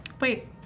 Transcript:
Wait